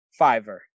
Fiverr